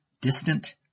distant